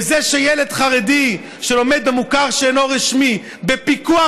בזה שילד חרדי שלומד במוכר שאינו רשמי בפיקוח